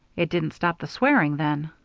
it didn't stop the swearing, then?